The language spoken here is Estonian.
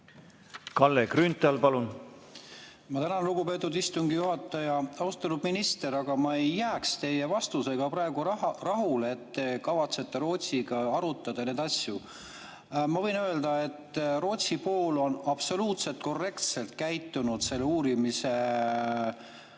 Kalle Grünthal, palun! Ma tänan, lugupeetud istungi juhataja! Austatud minister! Ma ei jää teie vastusega praegu rahule, et te kavatsete Rootsiga arutada neid asju. Ma võin öelda, et Rootsi pool on absoluutselt korrektselt käitunud selle uurimise